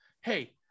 hey